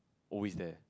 always there